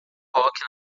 rock